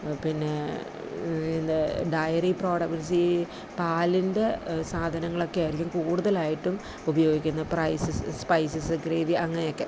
പിന്നെ എന്താ dairy products ഈ പാലിൻ്റെ സാധനങ്ങൾ ഒക്കെ ആയിരിക്കും കൂടുതലായിട്ടും ഉപയോഗിക്കുന്നത് പ്രൈസസ് സ്പൈസസ് ഗ്രേവി അങ്ങനെ ഒക്കെ